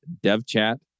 devchat